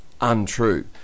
untrue